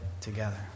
together